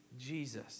Jesus